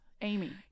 Amy